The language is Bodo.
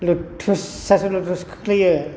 लुथ्रुस आरो लुथ्रुस खोख्लैयो